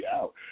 out